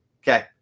Okay